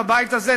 בבית הזה,